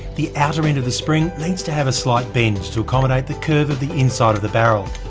the outer end of the spring needs to have a slight bend to accommodate the curve of the inside of the barrel,